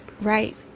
Right